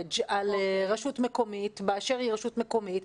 על רשות מקומית באשר היא רשות מקומית.